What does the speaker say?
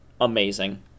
amazing